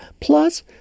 Plus